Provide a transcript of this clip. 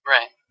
Right